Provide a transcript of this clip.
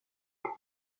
pour